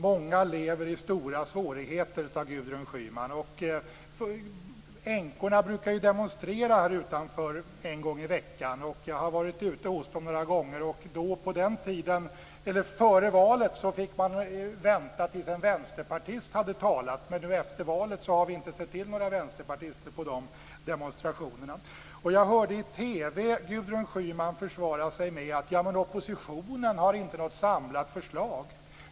Många lever i stora svårigheter, sade Gudrun Schyman. Änkorna brukar demonstrera här utanför en gång i veckan. Jag har varit ute hos dem några gånger. Före valet fick man vänta tills en vänsterpartist hade talat. Men efter valet har vi inte sett till några vänsterpartister på de demonstrationerna. Jag hörde i TV Gudrun Schyman försvara sig med att oppositionen inte har något samlat förslag.